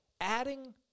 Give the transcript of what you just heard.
Adding